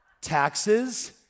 Taxes